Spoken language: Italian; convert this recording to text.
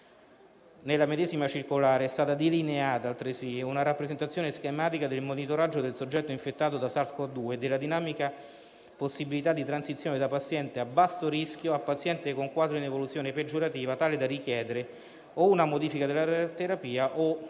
Nella medesima circolare è stata altresì delineata una rappresentazione schematica del monitoraggio del soggetto infettato da SARS-Cov-2 e della dinamica possibilità di transizione da paziente a basso rischio a paziente con quadro in evoluzione peggiorativa, tale da richiedere o una modifica della terapia o un ricovero